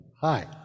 Hi